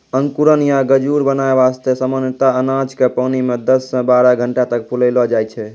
अंकुरण या गजूर बनाय वास्तॅ सामान्यतया अनाज क पानी मॅ दस सॅ बारह घंटा तक फुलैलो जाय छै